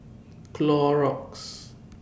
Clorox